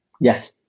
Yes